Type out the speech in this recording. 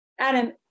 Adam